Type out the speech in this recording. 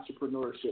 entrepreneurship